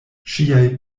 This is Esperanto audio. ŝiaj